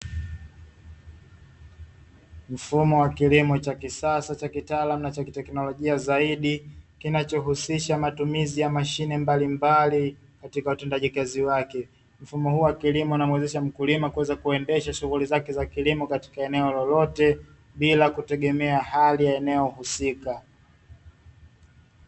Mfumo wa kilimo cha kisasa, cha kitaalamu, na cha kiteknolojia zaidi, kinachohusisha matumizi ya mashine mbalimbali katika utendaji kazi wake. Mfumo huu wa kilimo unamuwezesha mkulima kuweza kuendesha shughuli zake za kilimo katika eneo lolote, bila kutegemea hali ya eneo husika.